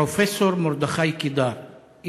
פרופ' מרדכי קידר,